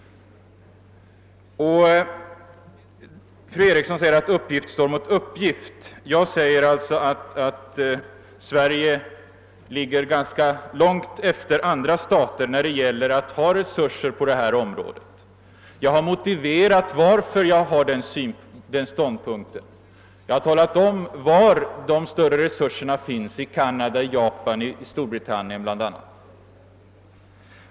Fru Eriksson anser att uppgift står mot uppgift. Jag säger att Sverige ligger ganska långt efter flera andra stater när det gäller resurser på detta område, och jag har redovisat motiven till att jag har den ståndpunkten. Jag har talat om, var de större resurserna finns — i Canada, i Japan, i Storbritannien bl.a.